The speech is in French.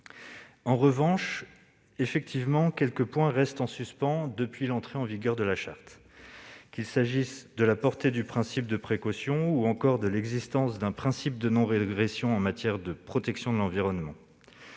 En revanche, quelques points restent effectivement en suspens depuis l'entrée en vigueur de la Charte, qu'il s'agisse de la portée du principe de précaution ou encore de l'existence d'un principe de non-régression en matière de protection de l'environnement.